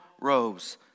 robes